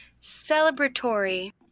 celebratory